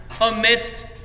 amidst